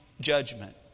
judgment